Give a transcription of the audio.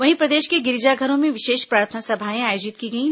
वहीं प्रदेश के गिरजाघरों में विशेष प्रार्थना सभाएं आयोजित की गईं